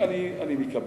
אני מקבל.